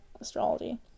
astrology